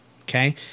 Okay